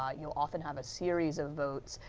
um you will often have a series of votes,